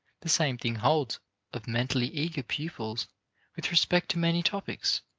the same thing holds of mentally eager pupils with respect to many topics.